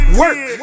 work